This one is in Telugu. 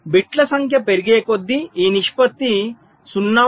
బిట్ల సంఖ్య పెరిగేకొద్దీ ఈ నిష్పత్తి 0